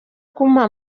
kumuha